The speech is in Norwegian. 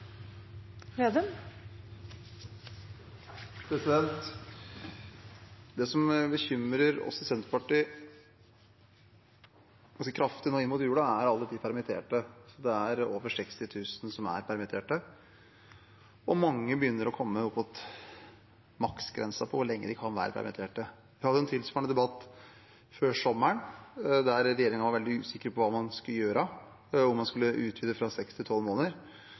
Det som bekymrer oss i Senterpartiet ganske kraftig nå inn mot julen, er alle de permitterte. Det er over 60 000 som er permittert, og mange begynner å komme opp mot maksgrensen for hvor lenge de kan være permittert. Vi hadde en tilsvarende debatt før sommeren, der regjeringen var veldig usikker på hva man skulle gjøre, om man skulle utvide fra seks til 12 måneder,